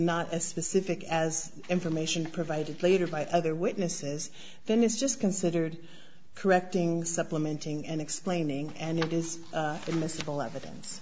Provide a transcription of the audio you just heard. not as specific as information provided later by other witnesses then is just considered correcting supplementing and explaining and it is in this little evidence